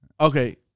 Okay